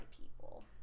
people